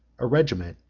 a regiment,